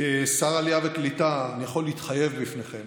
כשר העלייה והקליטה אני יכול להתחייב בפניכם